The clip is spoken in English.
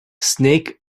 snake